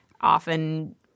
often